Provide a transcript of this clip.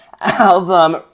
album